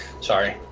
Sorry